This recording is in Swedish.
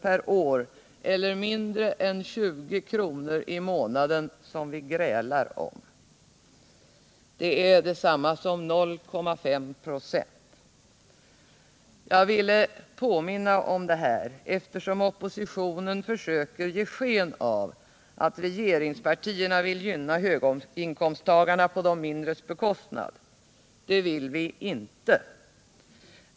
per år eller mindre än 20 kr. i månaden som vi grälar om. Det är detsamma som 0,5 96. Jag ville påminna om det här, eftersom oppositionen försöker ge sken av att regeringspartierna vill hjälpa höginkomsttagarna på de lägre inkomsttagarnas bekostnad. Det vill vi inte.